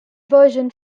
version